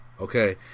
okay